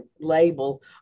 label